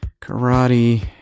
Karate